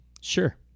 sure